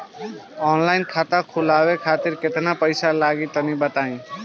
Online खाता खूलवावे खातिर केतना पईसा लागत बा तनि बताईं?